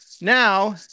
Now